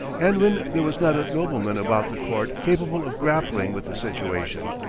and when there was not a nobleman about the court capable of grappling with the situation.